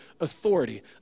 authority